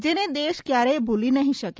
જેને દેશ કયારેય ભુલી નહી શકે